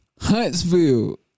Huntsville